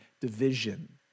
division